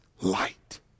light